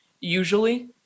usually